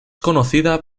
conocida